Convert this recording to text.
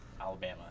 Alabama